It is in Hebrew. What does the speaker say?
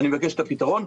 אני מבקש את הפתרון.